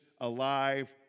alive